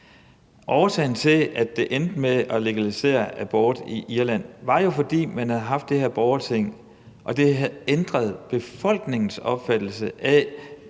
var at, det endte med en legalisering af abort. Årsagen var jo, at man havde haft det her borgerting, og det havde ændret befolkningens opfattelse af,